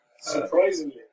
Surprisingly